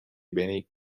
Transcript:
beni